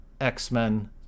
X-Men